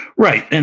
right. and